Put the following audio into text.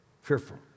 fearful